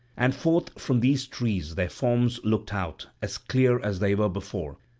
and forth from these trees their forms looked out, as clear as they were before,